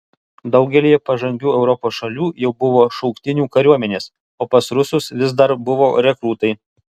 daugelyje pažangių europos šalių jau buvo šauktinių kariuomenės o pas rusus vis dar buvo rekrūtai